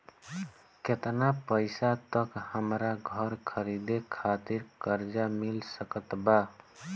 केतना पईसा तक हमरा घर खरीदे खातिर कर्जा मिल सकत बा?